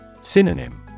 Synonym